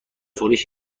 فروش